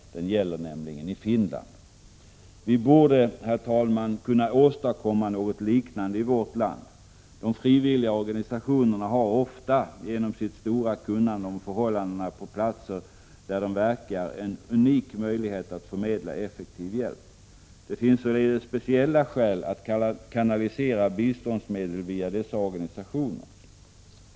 Den gäller nämligen i Finland. Vi borde, herr talman, kunna åstadkomma något liknande i vårt land. De frivilliga organisationerna har ofta genom sitt stora kunnande om förhållandena på de platser där de verkar en unik möjlighet att förmedla effektiv hjälp. Det finns således speciella skäl att kanalisera biståndsmedel via dessa organisationer.